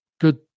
good